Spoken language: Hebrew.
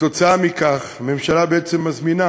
וכתוצאה מכך הממשלה בעצם מזמינה